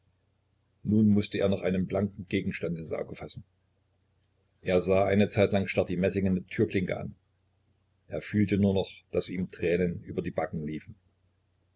nun mußte er noch einen blanken gegenstand ins auge fassen er sah eine zeit lang starr die messingene türklinke an er fühlte nur noch daß ihm tränen über die backen liefen